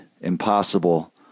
impossible